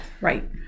right